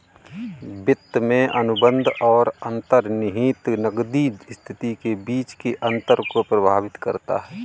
वित्त में अनुबंध और अंतर्निहित नकदी स्थिति के बीच के अंतर को प्रभावित करता है